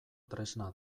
tresna